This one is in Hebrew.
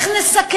נא לסיים.